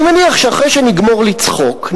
אני מניח שאחרי שנגמור לצחוק,